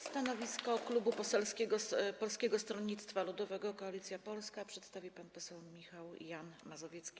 Stanowisko Klubu Parlamentarnego Polskie Stronnictwo Ludowe - Koalicja Polska przedstawi pan poseł Michał Jan Mazowiecki.